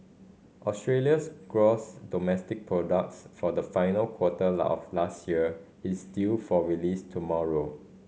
Australia's gross domestic products for the final quarter of last year is due for release tomorrow